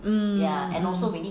mmhmm